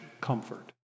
comfort